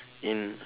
in